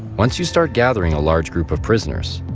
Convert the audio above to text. once you start gathering a large group of prisoners,